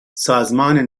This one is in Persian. سازمان